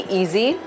easy